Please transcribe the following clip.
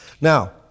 Now